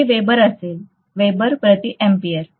हे वेबर असेल वेबर प्रति अँपिअर